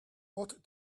ought